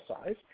size